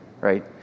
right